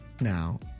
now